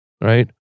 Right